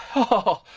oh.